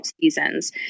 seasons